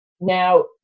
Now